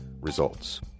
Results